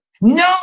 No